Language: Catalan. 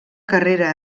carrera